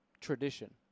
tradition